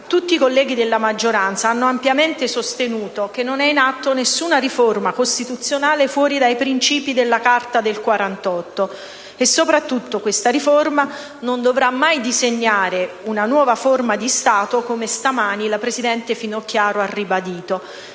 tutti i colleghi della maggioranza hanno ampiamente sostenuto che non è in atto nessuna riforma costituzionale fuori dai principi della Carta del 1948 e che, soprattutto, questa riforma non dovrà mai disegnare una nuova forma di Stato, come stamani la presidente Finocchiario ha ribadito,